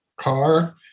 car